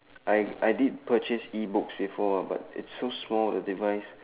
I I did purchase E books before lah but it's so small the device